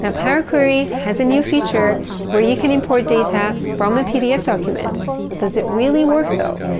and power query has a new feature where you can import data from a pdf document but does it really work though?